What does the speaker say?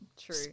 True